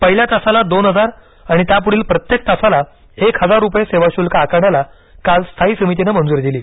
पहिल्या तासाला दोन हजार आणि त्यापुढील प्रत्येक तासाला एक हजार रुपये सेवा शुल्क आकारण्याला काल स्थायी समितीन मंजूरी दिली